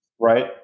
Right